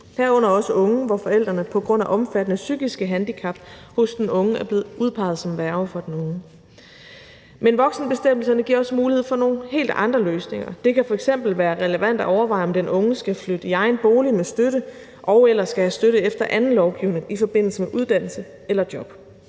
herunder også unge, hvor forældrene på grund af omfattende psykiske handicap hos den unge er blevet udpeget som værge for den unge. Kl. 17:07 Men voksenbestemmelserne giver også mulighed for nogle helt andre løsninger. Det kan f.eks. være relevant at overveje, om den unge skal flytte i egen bolig med støtte og/eller skal have støtte efter anden lovgivning i forbindelse med uddannelse eller job.